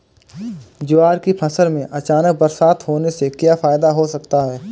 ज्वार की फसल में अचानक बरसात होने से क्या फायदा हो सकता है?